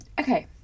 okay